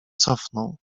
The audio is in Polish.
cofnął